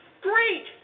great